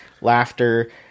laughter